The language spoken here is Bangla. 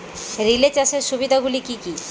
রিলে চাষের সুবিধা গুলি কি কি?